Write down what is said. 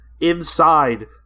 inside